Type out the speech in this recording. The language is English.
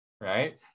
right